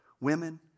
women